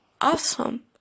awesome